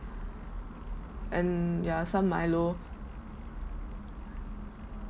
and yeah some milo